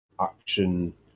action